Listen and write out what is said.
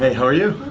ah how are you?